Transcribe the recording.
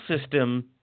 system